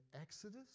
Exodus